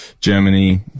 Germany